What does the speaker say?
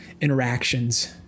interactions